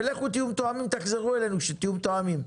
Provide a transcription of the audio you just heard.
ולכו תהיו מתואמים ותחזרו אלינו כשתהיו מתואמים.